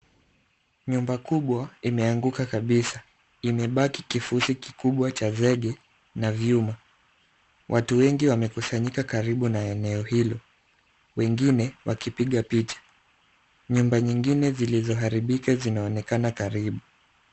Nyumba kubwa imeanguka kabisa. Imebaki kifusi kikubwa cha zege na vyuma. Watu wengi wamekusanyika karibu na eneo hilo, wengine wakipiga picha. Nyumba nyingine zilizoharibika zinaonekana karibu.